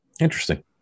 interesting